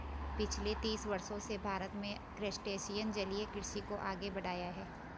पिछले तीस वर्षों से भारत में क्रस्टेशियन जलीय कृषि को आगे बढ़ाया है